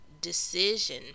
decision